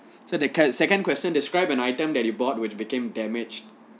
so they can't second question describe an item that you bought which became damaged